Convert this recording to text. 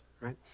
right